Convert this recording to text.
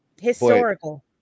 Historical